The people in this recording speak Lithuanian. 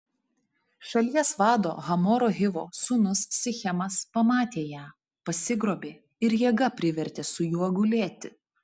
šalies vado hamoro hivo sūnus sichemas pamatė ją pasigrobė ir jėga privertė su juo gulėti